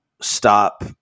stop